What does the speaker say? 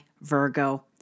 Virgo